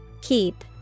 Keep